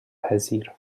پذیر